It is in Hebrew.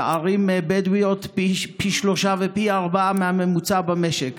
בערים בדואיות, פי שלושה ופי ארבעה מהממוצע במשק.